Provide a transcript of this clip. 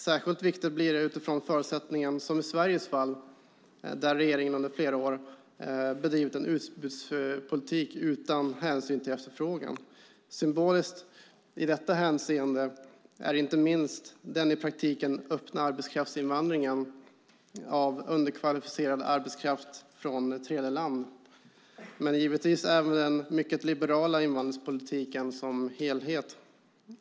Särskilt viktigt blir det utifrån förutsättningen som i Sveriges fall, där regeringen under flera år bedrivit en utbudspolitik utan hänsyn till efterfrågan. Symboliskt i detta hänseende är inte minst den i praktiken öppna arbetskraftsinvandringen av underkvalificerad arbetskraft från tredjeland, men givetvis även den mycket liberala invandringspolitiken som helhet.